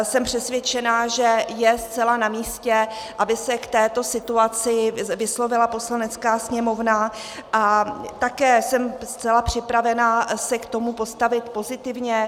Jsem přesvědčena, že je zcela namístě, aby se k této situaci vyslovila Poslanecká sněmovna, a také jsem zcela připravena se k tomu postavit pozitivně.